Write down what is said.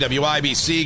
wibc